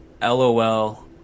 LOL